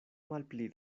malpli